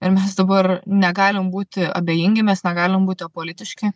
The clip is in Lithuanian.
ir mes dabar negalim būti abejingi mes negalim būti apolitiški